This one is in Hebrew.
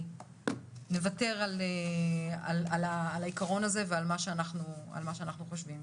שנוותר על העיקרון הזה ועל מה שאנחנו חושבים.